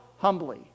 humbly